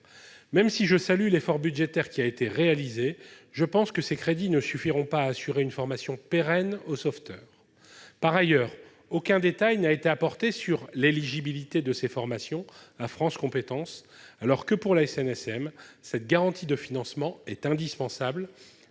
mer. Je salue l'effort budgétaire qui a été réalisé, mais, à mon sens, ces crédits ne suffiront pas à assurer une formation pérenne aux sauveteurs. Par ailleurs, aucun détail n'a été apporté sur l'éligibilité de ces formations à France compétences, alors que, pour la SNSM, cette garantie de financement est indispensable.